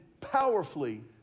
powerfully